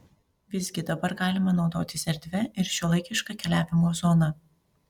visgi dabar galima naudotis erdvia ir šiuolaikiška keliavimo zona